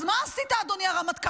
אז מה עשית, אדוני הרמטכ"ל?